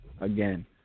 Again